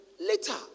Later